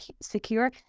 secure